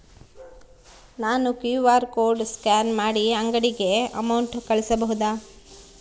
ನಾನು QR code scan ಮಾಡಿ ಅಂಗಡಿಗೆ ಅಮೌಂಟ್ ಕಳಿಸಬಹುದಾ?